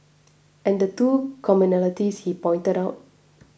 and the two commonalities he pointed out